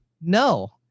no